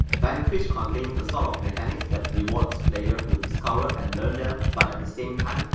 vanquish contains the sort of mechanics that rewards players who discovered and learned them but at the same time,